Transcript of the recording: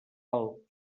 alt